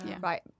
right